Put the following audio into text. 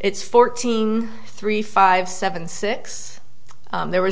it's fourteen three five seven six there